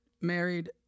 married